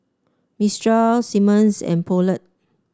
Mistral Simmons and Poulet